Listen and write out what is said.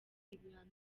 ibihano